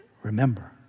Remember